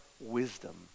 wisdom